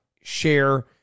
share